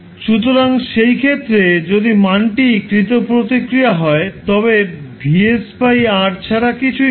সুতরাং সেই ক্ষেত্রে যদি মানটি প্রতিক্রিয়া হয় তবে Vs R ছাড়া কিছুই নয়